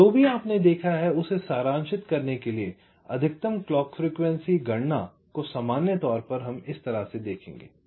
अब जो भी आपने देखा है उसे सारांशित करने के लिए अधिकतम क्लॉक फ्रीक्वेंसी गणना को सामान्य तौर पर इस तरह से देखेंगे